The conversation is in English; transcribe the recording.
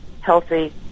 healthy